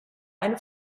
eine